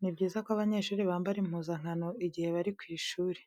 Ni byiza ko abanyeshuri bambara impuzankano igihe bari ku ishuri.